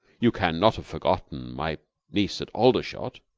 you can not have forgotten my niece at aldershot?